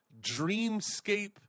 dreamscape